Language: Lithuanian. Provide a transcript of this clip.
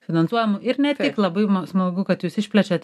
finansuojamų ir ne tik labai smagu kad jūs išplečiat